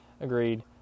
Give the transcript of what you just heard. agreed